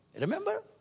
Remember